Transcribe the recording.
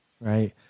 right